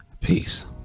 Peace